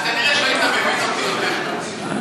אז כנראה היית מבין אותי יותר טוב.